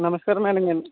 నమస్కారం మేడం గారు